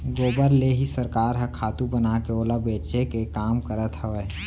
गोबर ले ही सरकार ह खातू बनाके ओला बेचे के काम करत हवय